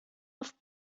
auf